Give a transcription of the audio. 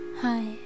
Hi